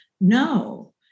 No